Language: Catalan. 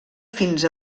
fins